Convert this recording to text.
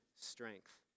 strength